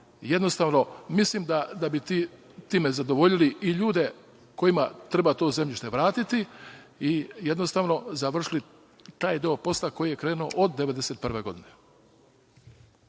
Jednostavno, mislim da bi time zadovoljili i ljude kojima treba to zemljište vratiti i završiti taj deo posla koji je krenuo od 1991. godine. Što